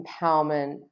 empowerment